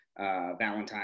Valentine